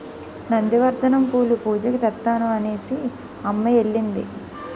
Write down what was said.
నంది వర్ధనం పూలు పూజకి తెత్తాను అనేసిఅమ్మ ఎల్లింది